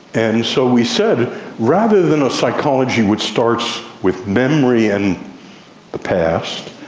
and so we said rather than a psychology which starts with memory and the past,